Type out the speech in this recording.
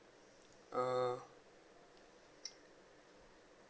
uh